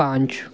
पाँच